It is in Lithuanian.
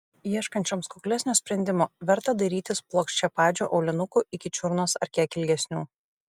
ieškančioms kuklesnio sprendimo verta dairytis plokščiapadžių aulinukų iki čiurnos ar kiek ilgesnių